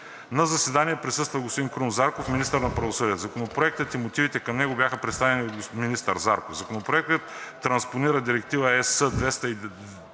На заседанието присъства господин Крум Зарков, министър на правосъдието. Законопроектът и мотивите към него бяха представени от министър Зарков. Законопроектът транспонира Директива (ЕС)